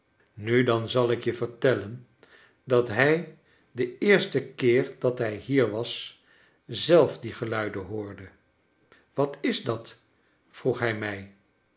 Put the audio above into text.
nu dan zal ik je vertellen dat hij den eersten keer dat hij hier was zelf die geluiden hoorde wat is dat vroeg hij mij